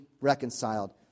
reconciled